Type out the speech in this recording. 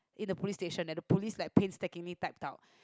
in a police station and the police like pains tackling type out